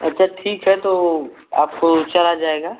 अच्छा ठीक है तो आपको चला जाएगा